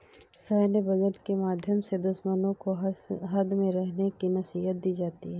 सैन्य बजट के माध्यम से दुश्मनों को हद में रहने की नसीहत दी जाती है